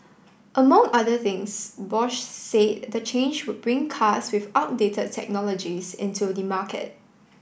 among other things Bosch said the change would bring cars with outdated technologies into the market